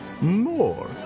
more